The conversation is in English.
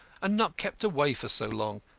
and not kept away for so long.